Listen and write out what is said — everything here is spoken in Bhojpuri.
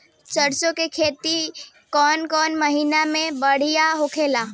सरसों के खेती कौन महीना में बढ़िया होला?